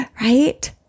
right